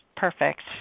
perfect